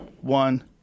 one